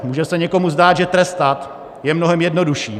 Může se někomu zdát, že trestat je mnohem jednodušší.